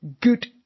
good